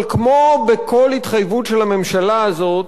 אבל כמו בכל התחייבות של הממשלה הזאת,